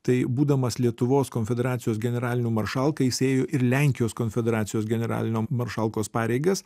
tai būdamas lietuvos konfederacijos generaliniu maršalka jis ėjo ir lenkijos konfederacijos generalinio maršalkos pareigas